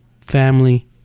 family